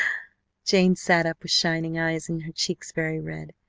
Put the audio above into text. jane sat up with shining eyes and her cheeks very red.